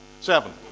Seven